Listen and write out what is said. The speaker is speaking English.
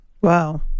Wow